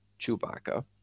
Chewbacca